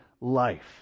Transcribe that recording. life